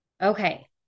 Okay